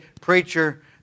Preacher